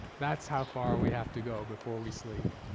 that's how far we have to go before we sleep.